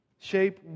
Shape